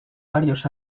varios